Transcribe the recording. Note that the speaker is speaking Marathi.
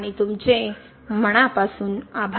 आणि तुमचे मनापासून आभार